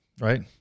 right